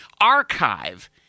archive